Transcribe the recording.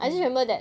mm